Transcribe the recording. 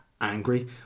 angry